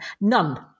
none